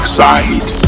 side